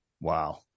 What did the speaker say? Wow